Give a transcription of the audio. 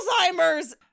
alzheimer's